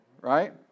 right